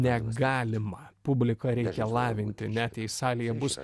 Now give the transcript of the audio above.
negalima publiką reikia lavinti net jei salėje bus